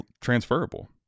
transferable